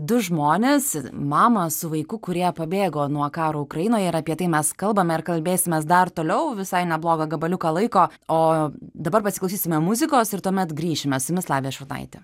du žmones mamą su vaiku kurie pabėgo nuo karo ukrainoje ir apie tai mes kalbame ir kalbėsimės dar toliau visai neblogą gabaliuką laiko o dabar pasiklausysime muzikos ir tuomet grįšime su jumis lavija šurnaitė